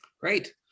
Great